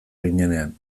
ginenean